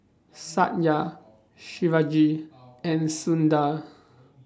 Satya Shivaji and Sundar